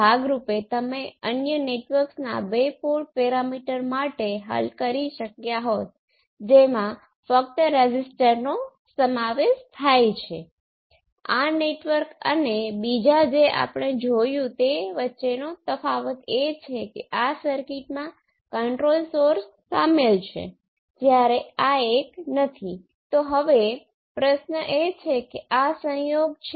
મે એ યાદ રાખો કે અગાઉ માત્ર એટલો જ તફાવત હતો કે આપણે ત્યાં ખૂબ મોટો છે